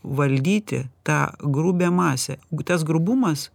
valdyti tą grubią masę jeigu tas grubumas